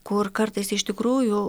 kur kartais iš tikrųjų